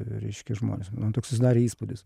reiškia žmonės man toks susidarė įspūdis